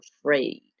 afraid